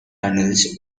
tunnels